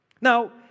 Now